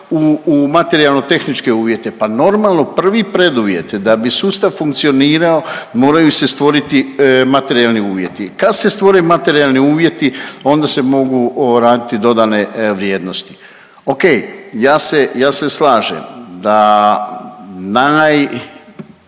u materijalno tehničke uvjete. Pa normalno prvi preduvjet je da bi sustav funkcionirao, morao se stvoriti materijalni uvjeti. Kad se stvore materijalni uvjeti onda se mogu raditi dodane vrijednosti. Ok, ja se, ja se